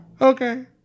Okay